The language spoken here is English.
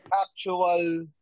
actual